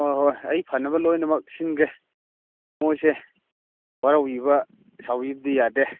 ꯍꯣꯏ ꯍꯣꯏ ꯑꯩ ꯐꯅꯕ ꯂꯣꯏꯅꯃꯛ ꯁꯤꯟꯒꯦ ꯃꯈꯣꯏꯁꯦ ꯋꯥꯔꯧꯕꯤꯕ ꯁꯥꯎꯕꯤꯕꯗꯤ ꯌꯥꯗꯦ